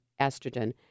estrogen